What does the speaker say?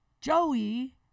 Joey